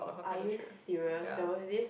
are you serious that was is it